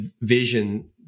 vision